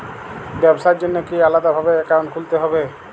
ব্যাবসার জন্য কি আলাদা ভাবে অ্যাকাউন্ট খুলতে হবে?